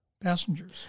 passengers